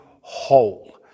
whole